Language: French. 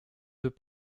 deux